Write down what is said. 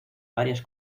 varias